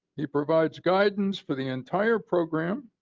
he provides guidance for the entire program.